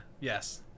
yes